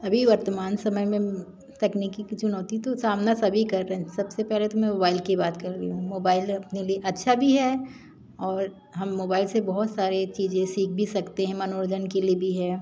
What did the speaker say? अभी वर्तमान समय में तकनीकी की चुनौती तो सामना सभी कर रहें सबसे पहले तो मैं मोबाइल की बात कर रही हूँ मोबाइल अपने लिए अच्छा भी है और हम मोबाइल से बहुत सारे चीज़ें सीख भी सकते हैं मनोरंजन के लिए भी है